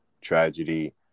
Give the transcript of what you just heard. tragedy